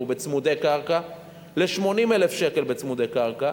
בצמודי קרקע ל-80,000 בצמודי קרקע.